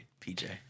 PJ